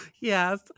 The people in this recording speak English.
Yes